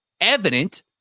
evident